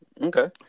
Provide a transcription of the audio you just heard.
Okay